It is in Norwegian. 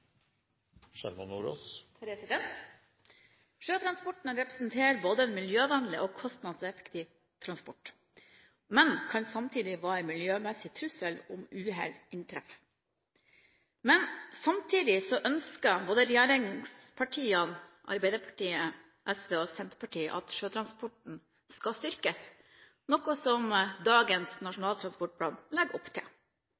Sjøtransporten representerer en både miljøvennlig og kostnadseffektiv transport, men kan samtidig være en miljømessig trussel om uhell inntreffer. Men samtidig ønsker regjeringspartiene – Arbeiderpartiet, SV og Senterpartiet – at sjøtransporten skal styrkes, noe som dagens